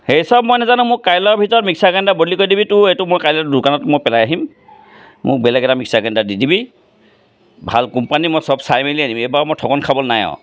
সেইচব মই নেজানো মোক কাইলৈৰ ভিতৰত মিক্সাৰ গ্ৰাইণ্ডাৰ বদলি কৰি দিবি তোৰ এইটো মই কাইলৈ মই দোকানত পেলাই আহিম মোক বেলেগ এটা মিক্সাৰ গ্ৰাইণ্ডাৰ দি দিবি ভাল কোম্পানী মই চব চাই মেলি আনিম এইবাৰ মই ঠগন খাবলৈ নাই আৰু